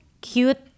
cute